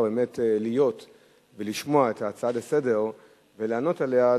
באמת להיות ולשמוע את ההצעה לסדר ולענות עליה,